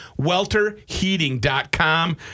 welterheating.com